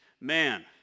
man